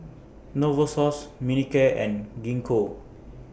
Novosource Manicare and Gingko